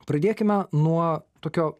pradėkime nuo tokio